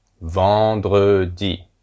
Vendredi